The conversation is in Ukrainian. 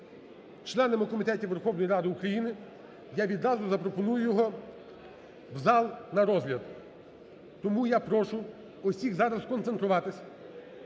членами комітетів Верховної Ради України, я відразу запропоную його в зал на розгляд. Тому я прошу всіх зараз сконцентруватися,